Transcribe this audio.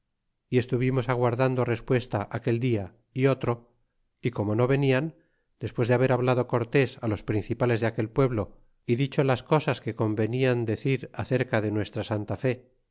y estuvimos aguardando respuesta aquel dia y otro y como no venian despues de haber hablado cortes los principales de aquel pueblo y dicho las cosas que convenían decir acerca de nuestra santa fe